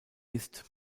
ist